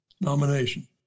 nomination